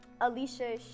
Alicia